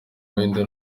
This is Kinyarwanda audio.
buhinde